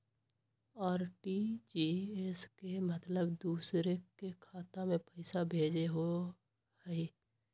RTGS के मतलब दूसरे के खाता में पईसा भेजे होअ हई?